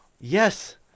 Yes